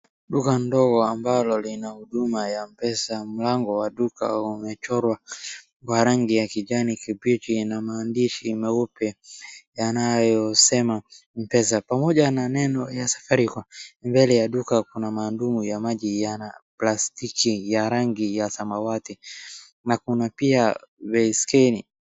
Duka ndogo ambalo lina huduma ya MPesa. Mlango wa duka umechorwa na rangi ya kijani kibichi na maandishi meupe yanayosema Mpesa pamoja na neno ya Safaricom Mbele ya duka kuna mandumu ya maji ya plastiki ya rangi ya samawati. Na kuna pia baiskeli.